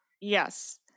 yes